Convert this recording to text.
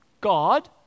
God